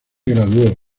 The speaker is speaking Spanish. graduó